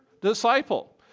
disciple